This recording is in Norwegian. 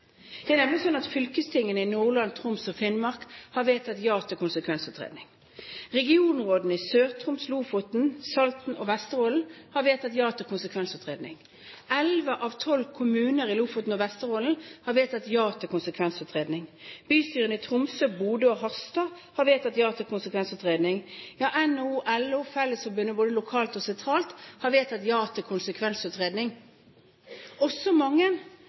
Det er nemlig slik at fylkestingene i Nordland, Troms og Finnmark har vedtatt ja til konsekvensutredning, regionrådene i Sør-Troms, Lofoten, Salten og Vesterålen har vedtatt ja til konsekvensutredning, 11 av 12 kommuner i Lofoten og Vesterålen har vedtatt ja til konsekvensutredning, bystyrene i Tromsø, Bodø og Harstad har vedtatt ja til konsekvensutredning, og NHO, LO, og Fellesforbundet både lokalt og sentralt har vedtatt ja til konsekvensutredning. Også mange